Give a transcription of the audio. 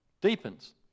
deepens